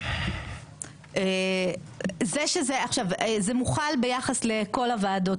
זה מוחל ביחס לכל הוועדות,